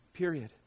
period